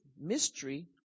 mystery